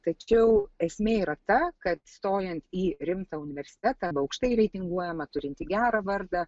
tačiau esmė yra ta kad stojant į rimtą universitetą arba aukštai reitinguojamą turintį gerą vardą